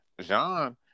Jean